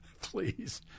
please